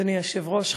אדוני היושב-ראש,